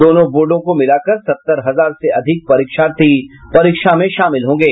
दोनों बोर्डो को मिलाकर सत्तर हजार से अधिक परीक्षार्थी परीक्षा में शामिल होगें